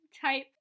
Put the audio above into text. type